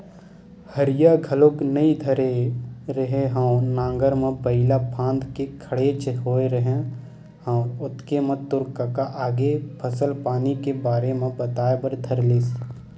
हरिया घलोक नइ धरे रेहे हँव नांगर म बइला फांद के खड़ेच होय रेहे हँव ओतके म तोर कका आगे फसल पानी के बारे म बताए बर धर लिस